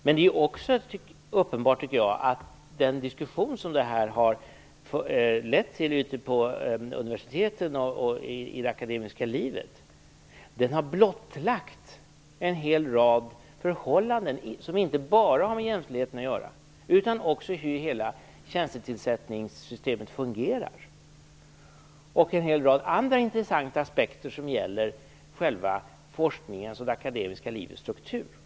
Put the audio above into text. Det är också uppenbart att den diskussion som förslaget har lett till ute på universiteten och i det akademiska livet har blottlagt en hel rad förhållanden som inte bara har med jämställdheten att göra utan också med hur hela tjänstetillsättningssystemet fungerar, liksom den har blottlagt en hel rad andra intressanta aspekter som gäller själva forskningens och det akademiska livets struktur.